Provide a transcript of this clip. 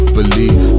Believe